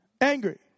angry